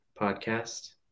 podcast